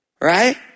right